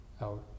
out